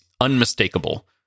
unmistakable